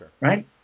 right